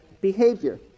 behavior